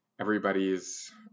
Everybody's